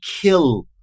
kill